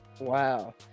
Wow